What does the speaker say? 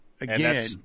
again